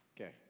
Okay